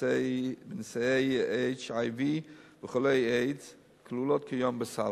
בנשאי HIV וחולי איידס כלולות כיום בסל.